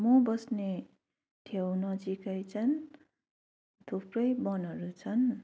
म बस्ने ठाउँ नजिकै चाहिँ थुप्रै वनहरू छन्